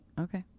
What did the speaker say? okay